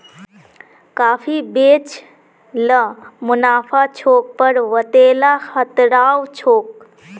काफी बेच ल मुनाफा छोक पर वतेला खतराओ छोक